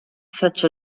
such